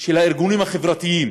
של הארגונים החברתיים,